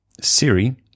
Siri